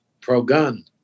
pro-gun